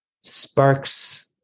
sparks